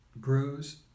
grows